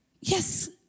Yes